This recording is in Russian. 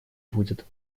будет